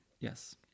Yes